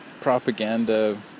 propaganda